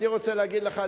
אני רוצה להגיד לך,